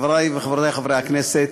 חברי וחברותי חברי הכנסת,